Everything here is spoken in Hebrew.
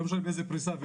לא משנה באיזה פריסה.